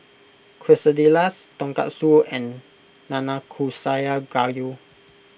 Quesadillas Tonkatsu and Nanakusa Gayu